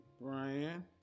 Brian